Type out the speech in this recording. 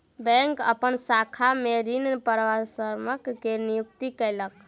bank अपन शाखा में ऋण परामर्शक के नियुक्ति कयलक